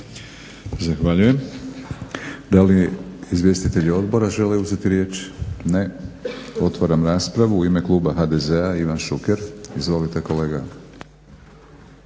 Hvala. Da li izvjestitelji odbora žele uzeti riječ? Ne. Otvaram raspravu. U ime kluba HDZ-a Ivan Šuker. Izvolite kolega.